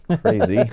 crazy